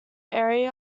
area